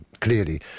clearly